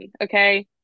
okay